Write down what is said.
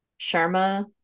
Sharma